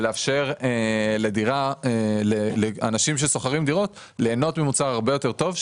ולאפשר לאנשים ששוכרים דירות להנות ממוצר הרבה יותר טוב,